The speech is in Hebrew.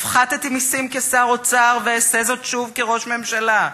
הפחתתי מסים כשר אוצר ואעשה זאת שוב כראש ממשלה.